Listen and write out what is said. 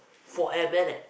forty minutes